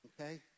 okay